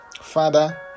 Father